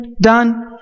done